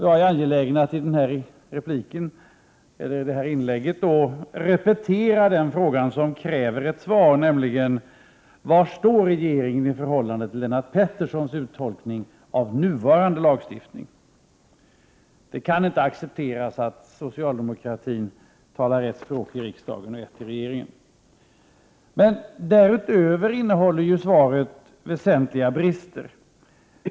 Jag är då angelägen om att i detta inlägg få repetera den fråga som kräver ett svar, nämligen: Var står regeringen i förhållande till Lennart Petterssons tolkning av nuvarande lagstiftning? Det kan inte accepteras att socialdemokratin talar ett språk i riksdagen och ett annat i regeringen. Svaret har även i övrigt väsentliga brister.